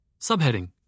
Subheading